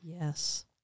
Yes